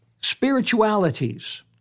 spiritualities